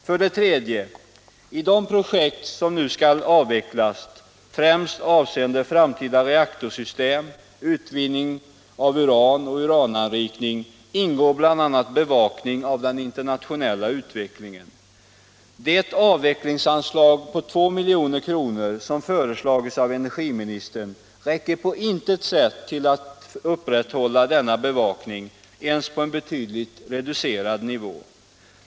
För det tredje ingår bland de projekt som nu skall avvecklas, främst avseende framtida reaktorsystem, utvinning av uran och urananrikning, också bevakning av den internationella utvecklingen. Det avvecklingsanslag på 2 milj.kr. som föreslagits av energiministern räcker på intet sätt till att upprätthålla denna bevakning ens på en betydligt reducerad nivå.